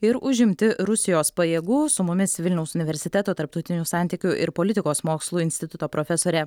ir užimti rusijos pajėgų su mumis vilniaus universiteto tarptautinių santykių ir politikos mokslų instituto profesorė